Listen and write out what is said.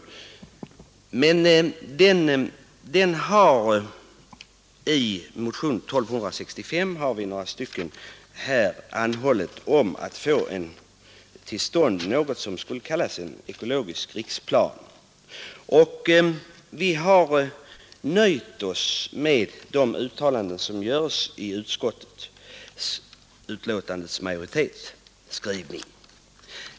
Nr 121 I motionen 1265 har vi anhållit om att få till stånd någonting som Onsdagen den skulle kunna kallas en ekologisk riksplan. Vi har nöjt oss med de 22 november 1972 uttalanden som görs i utskottets skrivning av utskottets majoritet.